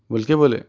بول کے بولے